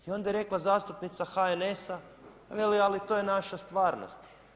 I onda je rekla zastupnica HNS-a, veli ali to je naša stvarnost.